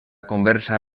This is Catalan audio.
conversa